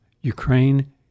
Ukraine